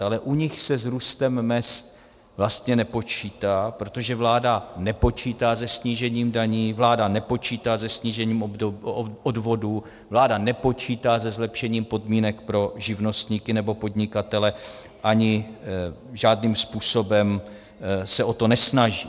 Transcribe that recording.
Ale u nich se s růstem mezd vlastně nepočítá, protože vláda nepočítá se snížením daní, vláda nepočítá se snížením odvodů, vláda nepočítá se zlepšením podmínek pro živnostníky nebo podnikatele a ani se o to žádným způsobem nesnaží.